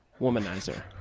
womanizer